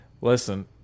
Listen